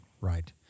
Right